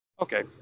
Okay